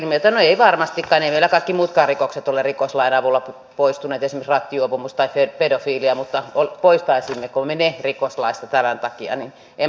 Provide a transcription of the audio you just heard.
no ei varmastikaan eivät meillä kaikki muutkaan rikokset ole rikoslain avulla poistuneet esimerkiksi rattijuopumus tai pedofilia mutta poistaisimmeko me ne rikoslaista tämän takia niin enpä usko